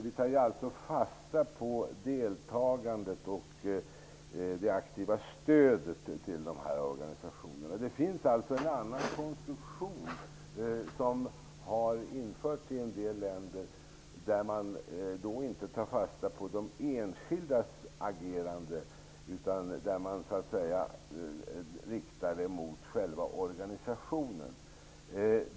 Vi tar alltså fasta på deltagandet och det aktiva stödet till organisationerna. Det finns en annan konstruktion, som har införts i en del länder, och som innebär att man inte tar fasta på de enskildas agerande utan i stället riktar uppmärksamheten mot själva organisationen.